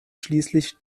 schließlich